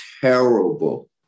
terrible